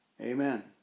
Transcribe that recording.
Amen